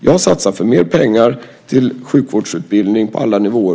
Jag satsar mer pengar till sjukvårdsutbildning på alla nivåer.